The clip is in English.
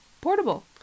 Portable